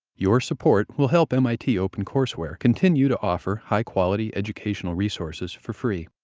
your support will help mit opencourseware continue to offer high-quality educational resources for free.